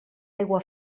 aigua